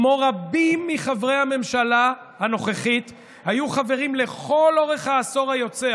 כמו רבים מחברי הממשלה הנוכחית שהיו חברים לכל אורך העשור היוצא,